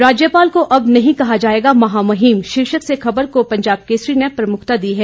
राज्यपाल को अब नहीं कहा जाएगा महामहिम शीर्षक से खबर को पंजाब केसरी ने प्रमुखता दी है